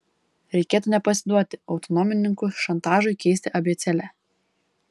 reikėtų nepasiduoti autonomininkų šantažui keisti abėcėlę